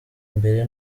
mbere